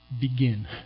begin